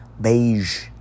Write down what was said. beige